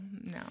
no